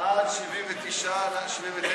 עד 79 אנחנו